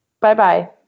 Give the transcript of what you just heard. Bye-bye